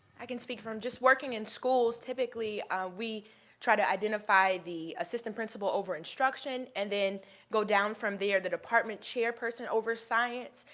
i can speak from just working in schools, typically we try to identify the assistant principal over instruction, and then go down from there, the department chairperson over science,